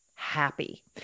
happy